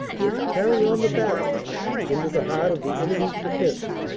were to carryon the battle into the heart of the enemy's defense,